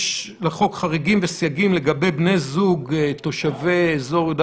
יש לחוק חריגים וסייגים לגבי בני זוג תושבי אזור יהודה